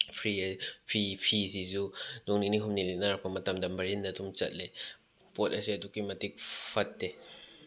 ꯐꯤꯁꯤꯁꯨ ꯅꯣꯡꯃ ꯅꯤꯅꯤ ꯍꯨꯝꯅꯤ ꯂꯤꯠꯅꯔꯛꯄ ꯃꯇꯝꯗ ꯃꯔꯤꯟ ꯑꯗꯨꯝ ꯆꯠꯂꯦ ꯄꯣꯠ ꯑꯁꯦ ꯑꯗꯨꯛꯀꯤ ꯃꯇꯤꯛ ꯐꯠꯇꯦ